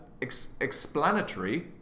explanatory